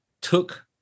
took